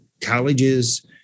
colleges